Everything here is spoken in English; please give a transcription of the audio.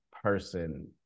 person